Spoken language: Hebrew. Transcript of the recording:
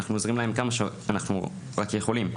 אנחנו עוזרים להם כמה שאנחנו רק יכולים.